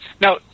Now